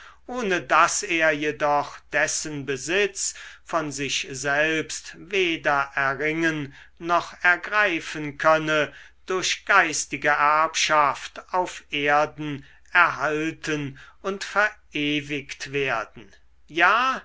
ohne daß er jedoch dessen besitz von sich selbst weder erringen noch ergreifen könne durch geistige erbschaft auf erden erhalten und verewigt werden ja